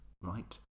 right